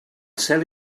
cel